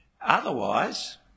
Otherwise